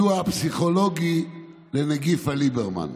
סיוע פסיכולוגי לנגיף הליברמן.